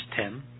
ten